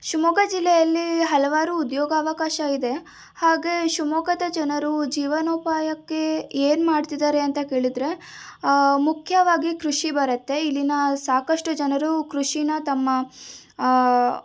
ಶಿವಮೊಗ್ಗ ಜಿಲ್ಲೆಯಲ್ಲಿ ಹಲವಾರು ಉದ್ಯೋಗ ಅವಕಾಶ ಇದೆ ಹಾಗೆ ಶಿವಮೊಗ್ಗದ ಜನರು ಜೀವನೋಪಾಯಕ್ಕೆ ಏನು ಮಾಡ್ತಿದ್ದಾರೆ ಅಂತ ಕೇಳಿದರೆ ಮುಖ್ಯವಾಗಿ ಕೃಷಿ ಬರತ್ತೆ ಇಲ್ಲಿನ ಸಾಕಷ್ಟು ಜನರು ಕೃಷಿನ ತಮ್ಮ